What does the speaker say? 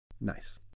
Nice